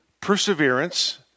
perseverance